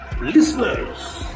listeners